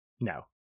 no